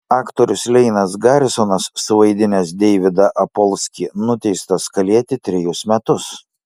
aktorius leinas garisonas suvaidinęs deividą apolskį nuteistas kalėti trejus metus